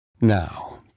Now